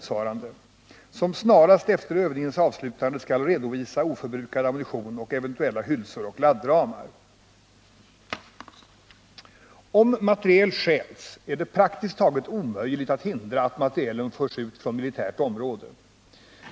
), som snarast efter övningens avslutande skall redovisa oförbrukad ammunition och eventuella hylsor och laddramar.” Om materiel stjäls är det praktiskt taget omöjligt att hindra att materielen förs ut från militärt område.